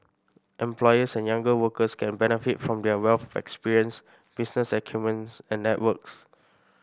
employers and younger workers can benefit from their wealth of experience business acumen's and networks